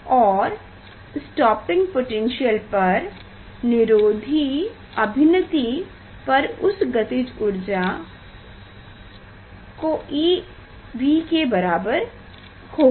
और stopping potential पर निरोधी अभिनति पर यह गतिज ऊर्जा eV के बराबर होगी